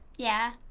yeah.